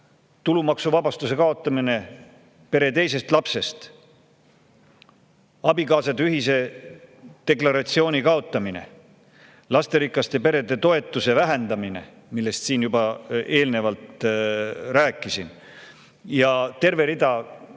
tulumaksuvabastuse kaotamine pere teisest lapsest alates, abikaasade ühise deklaratsiooni kaotamine, lasterikaste perede toetuse vähendamine, millest siin juba eelnevalt rääkisin, ja terve rida teisi